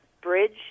bridge